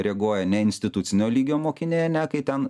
reaguoja ne institucinio lygio mokiniai ane kai ten